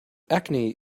acne